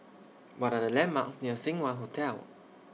What Are The landmarks near Seng Wah Hotel